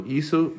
isso